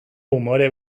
umore